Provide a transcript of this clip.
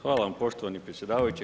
Hvala vam poštovani predsjedavajući.